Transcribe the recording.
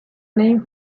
name